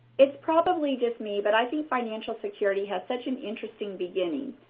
it's probably just me, but i think financial security has such an interesting beginning.